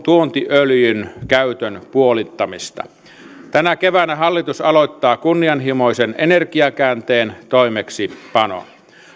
tuontiöljyn käytön puolittamista tänä keväänä hallitus aloittaa kunnianhimoisen energiakäänteen toimeenpanon